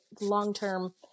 long-term